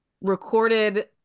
recorded